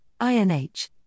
INH